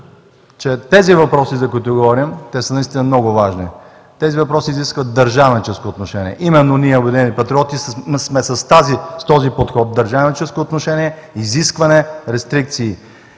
че тези въпроси, за които говорим, са наистина много важни. Тези въпроси изискват държавническо отношение. Именно ние от „Обединени патриоти“ сме с този подход – държавническо отношение, изискване, рестрикции.